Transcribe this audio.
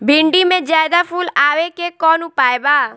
भिन्डी में ज्यादा फुल आवे के कौन उपाय बा?